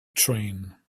train